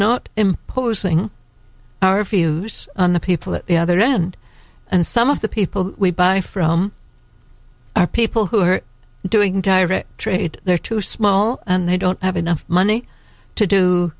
not imposing our futures on the people at the other end and some of the people we buy from are people who are doing tire trade they're too small and they don't have enough money to do